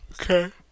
Okay